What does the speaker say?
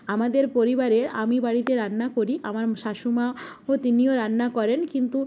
আমাদের পরিবারে আমি বাড়িতে রান্না করি আমার শাশুমা ও তিনিও রান্না করেন কিন্তু